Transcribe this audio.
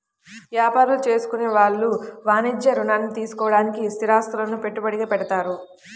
యాపారాలు చేసుకునే వాళ్ళు వాణిజ్య రుణాల్ని తీసుకోడానికి స్థిరాస్తులను పెట్టుబడిగా పెడతారు